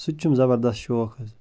سُہ تہِ چھُم زبردست شوق حظ